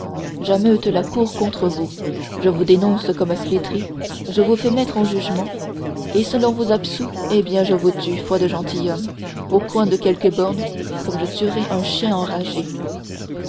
j'ameute la cour contre vous je vous dénonce comme flétrie je vous fais mettre en jugement et si l'on vous absout eh bien je vous tue foi de gentilhomme au coin de quelque borne comme je tuerais un chien enragé